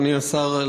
אדוני השר,